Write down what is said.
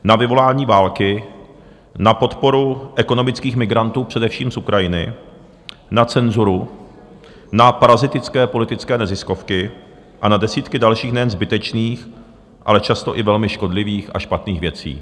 Na vyvolání války, na podporu ekonomických migrantů především z Ukrajiny, na cenzuru, na parazitické politické neziskovky a na desítky dalších, nejen zbytečných, ale často i velmi škodlivých a špatných věcí.